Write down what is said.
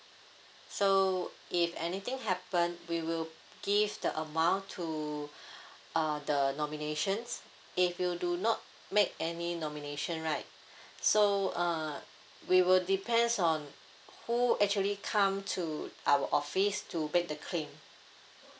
so if anything happen we will give the amount to uh the nominations if you do not make any nomination right so uh we will depends on who actually come to our office to make the claim